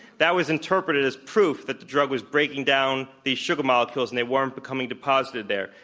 that was interpreted as proof that the drug was breaking down the sugar molecules and they weren't becoming deposited there.